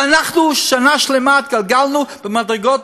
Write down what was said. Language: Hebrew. ואנחנו שנה שלמה התגלגלנו במדרגות,